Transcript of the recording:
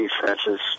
defenses